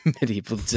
medieval